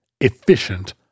efficient